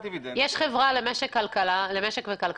יש חברה למשק וכלכלה,